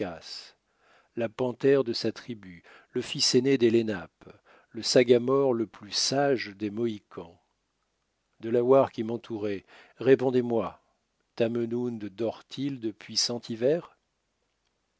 là panthère de sa tribu le fils aîné des lenapes le sagamore le plus sage des mohicans delawares qui m'entourez répondezmoi tamenund dort il depuis cent hivers